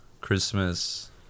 Christmas